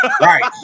Right